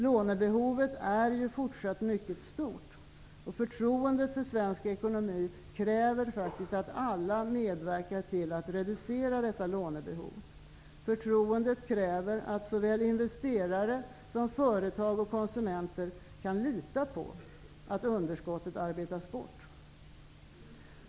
Lånebehovet är fortsatt mycket stort, och förtroendet för svensk ekonomi kräver att alla medverkar till att reducera detta lånebehov. Förtroendet kräver att såväl investerare som företag och konsumenter kan lita på att underskottet arbetas bort.